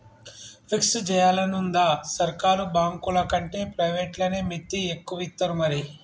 fix జేయాలనుందా, సర్కారు బాంకులకంటే ప్రైవేట్లనే మిత్తి ఎక్కువిత్తరు మరి